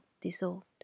dissolved